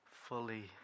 fully